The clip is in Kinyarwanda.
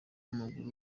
w’amaguru